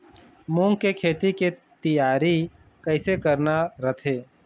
मूंग के खेती के तियारी कइसे करना रथे?